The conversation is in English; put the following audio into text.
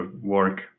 work